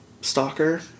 stalker